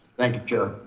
thank you, chair.